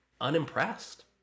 unimpressed